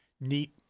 neat